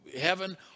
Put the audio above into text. heaven